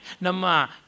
Nama